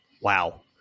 wow